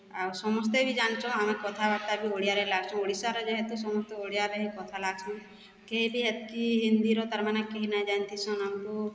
ଆଉ ସମସ୍ତେ ବି ଜାନିଚନ୍ ଆମେ କଥାବାର୍ତ୍ତା ବି ଓଡ଼ିଆରେ ଲାଗ୍ସୁଁ ଓଡ଼ିଶାର ଯେହେତୁ ସମସ୍ତେ ଓଡ଼ିଆରେ ହି କଥା ଲାଗସନ୍ କେହି ବି ହେତ୍କି ହିନ୍ଦୀର ତାର୍ମାନେ କେହି ନାଇଁ ଜାନଥିସନ୍ ଆମ୍କୁ